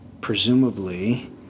presumably